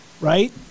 Right